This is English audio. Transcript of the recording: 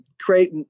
create